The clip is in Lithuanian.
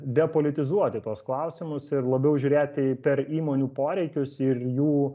depolitizuoti tuos klausimus ir labiau žiūrėti per įmonių poreikius ir jų